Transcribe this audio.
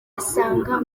asanga